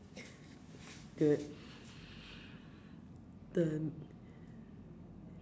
good